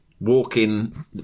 walking